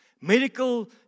Medical